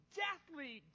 deathly